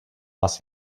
los